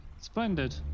Splendid